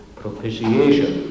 propitiation